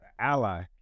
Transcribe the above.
ally